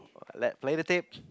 like play the tape